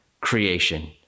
creation